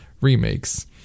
remakes